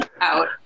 out